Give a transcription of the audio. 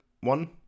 one